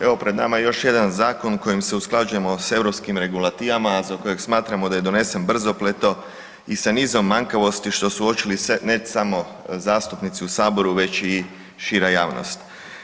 Evo, pred nama je još jedan zakon kojim se usklađujemo s europskih regulativama, a za kojeg smatramo da je donesen brzopleto i sa nizom manjkavosti, što su uočili, ne samo zastupnici u Saboru, već i šira javnost.